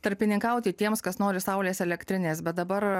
tarpininkauti tiems kas nori saulės elektrinės bet dabar